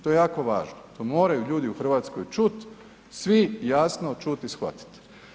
To je jako važno, to moraju ljudi u Hrvatskoj čuti, svi jasno čuti i shvatiti.